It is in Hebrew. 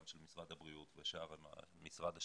גם של משרד הבריאות ומשרד השיכון.